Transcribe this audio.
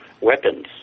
weapons